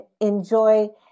enjoy